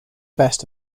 best